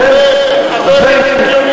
אז תכנס את הכנסת, זה הרבה יותר הגיוני.